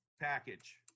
package